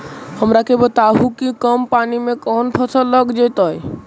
हमरा के बताहु कि कम पानी में कौन फसल लग जैतइ?